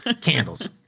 candles